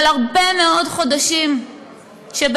אבל הרבה מאוד חודשים ישבנו,